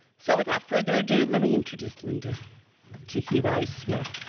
so, without further ado, let me introduce linda tuhiwai smith.